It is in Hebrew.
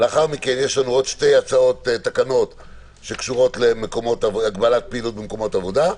ועוד שתי תקנות שקשורות להגבלת פעילות במקומות עבודה.